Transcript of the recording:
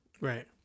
Right